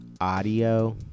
Audio